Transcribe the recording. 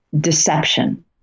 deception